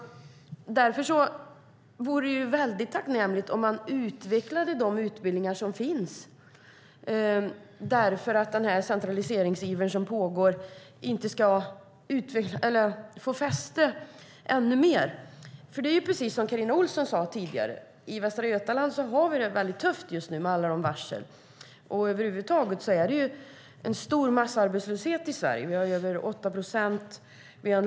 Det vore också tacknämligt att man utvecklade de utbildningar som finns så att den centraliseringsiver som finns inte får fäste. Precis som Carina Ohlsson sade tidigare har Västra Götaland det tufft med alla varsel. Vi har över huvud taget en stor massarbetslöshet i Sverige med över 8 procent.